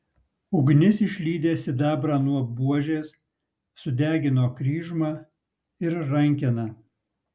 ugnis išlydė sidabrą nuo buožės sudegino kryžmą ir rankeną